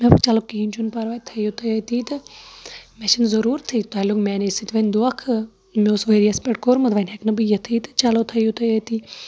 مےٚ دوٚپ چلو کِہینۍ چھُنہٕ پَرواے تھٲیو تُہۍ أتی تہٕ مےٚ چھِنہٕ ضروٗتھٕے تۄہہِ لوٚگ میانے سۭتۍ وونۍ دۄنکھہٕ مےٚ اوس ؤرۍ یَس پٮ۪ٹھ کوٚرمُت وۄنۍ ہیٚکہٕ نہٕ بہٕ یِتھٕے تہٕ چلو تھایو تُہۍ أتی